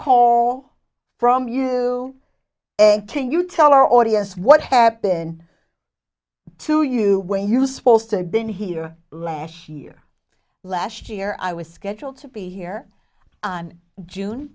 call from you and can you tell our audience what happened to you when you supposed to have been here last year last year i was scheduled to be here on june